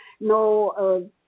no